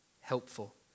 helpful